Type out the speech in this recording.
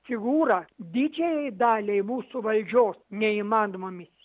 figūra didžiajai daliai mūsų valdžios neįmanoma misija